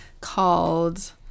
called